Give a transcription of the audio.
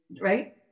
right